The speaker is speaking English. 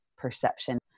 perception